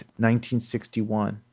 1961